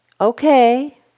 okay